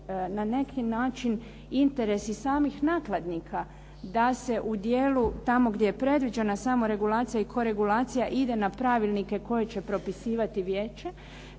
na neki način interes i samih nakladnika da se u dijelu tamo gdje je predviđena samoregulacija i koregulacija ide na pravilnike koje će propisivati vijeće.